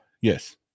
yes